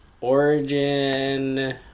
Origin